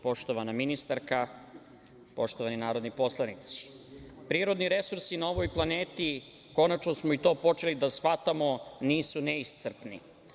Poštovana ministarka, poštovani narodni poslanici, prirodni resursi na ovoj planeti, konačno smo i to počeli da shvatamo, nisu neiscrpni.